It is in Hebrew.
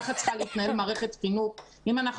ככה צריכה להתנהל מערכת חינוך אם אנחנו